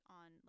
on